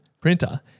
printer